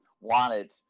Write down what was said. wanted